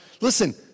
Listen